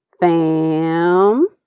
fam